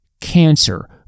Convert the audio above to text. cancer